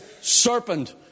serpent